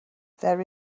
there